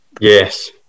yes